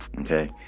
Okay